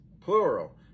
plural